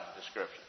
description